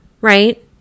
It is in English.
right